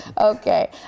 Okay